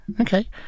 Okay